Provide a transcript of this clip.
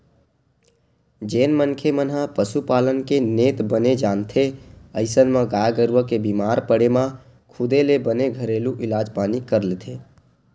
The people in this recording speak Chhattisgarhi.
जेन मनखे मन ह पसुपालन के नेत बने जानथे अइसन म गाय गरुवा के बीमार पड़े म खुदे ले बने घरेलू इलाज पानी कर लेथे